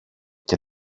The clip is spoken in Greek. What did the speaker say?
και